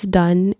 done